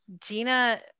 gina